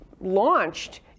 launched